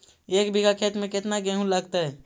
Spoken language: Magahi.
एक बिघा खेत में केतना गेहूं लगतै?